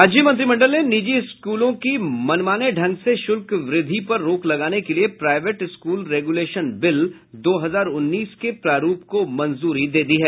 राज्य मंत्रिमंडल ने निजी स्कूलों की मनमाने ढंग से शुल्क वृद्धि पर रोक लगाने के लिए प्राइवेट स्कूल रेगुलेशन बिल दो हजार उन्नीस के प्रारूप को मंजूरी दे दी है